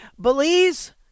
Belize